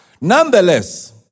Nonetheless